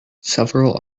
several